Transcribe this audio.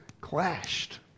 clashed